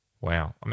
Wow